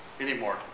anymore